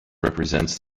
represents